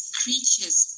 creatures